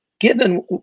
given